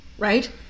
Right